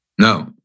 No